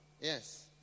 Yes